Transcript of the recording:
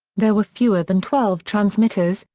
there were fewer than twelve transmitters,